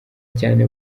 cyane